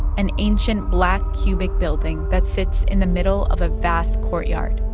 an ancient, black, cubic building that sits in the middle of a vast courtyard.